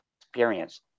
experience